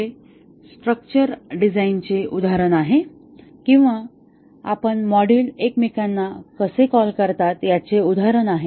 हे स्ट्रक्चर डिझाइनचे उदाहरण आहे किंवा मॉड्यूल एकमेकांना कसे कॉल करतात याचे उदाहरण आहे